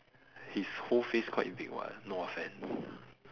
his whole face quite big [what] no offence